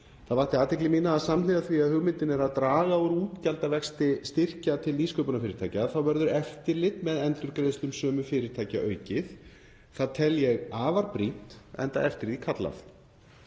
Það vakti athygli mína að samhliða því að hugmyndin er að draga úr útgjaldavexti styrkja til nýsköpunarfyrirtækja verður eftirlit með endurgreiðslum sömu fyrirtækja aukið. Það tel ég afar brýnt enda eftir því kallað.